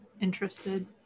interested